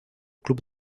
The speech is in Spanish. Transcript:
club